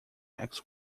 next